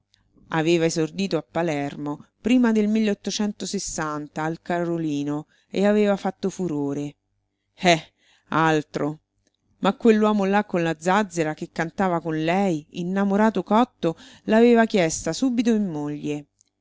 aveva esordito a palermo prima del al carolino e aveva fatto furore eh altro ma quell'uomo là con la zazzera che cantava con lei innamorato cotto l'aveva chiesta subito in moglie